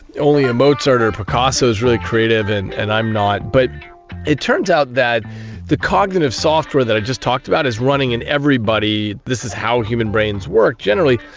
only a mozart or a picasso is really creative and and i'm not, but it turns out that the cognitive software that i just talked about is running in everybody, this is how human brains work generally,